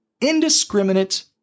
Indiscriminate